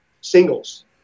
singles